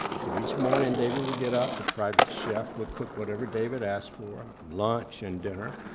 so each morning david would get up, the private chef would cook whatever david asked for, lunch and dinner.